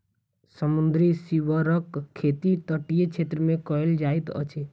समुद्री सीवरक खेती तटीय क्षेत्र मे कयल जाइत अछि